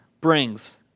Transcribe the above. brings